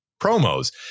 promos